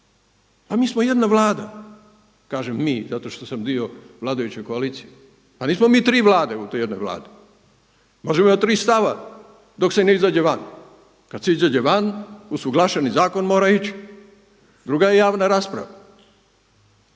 Pa mi smo jedna Vlada, kažem mi zato što sam dio vladajuće koalicije. Pa nismo mi tri vlade u toj jednoj Vladi. Možemo imati tri stava dok se ne izađe van. Kada se izađe van, usuglašeni zakon mora ići. Drugo je javna rasprava.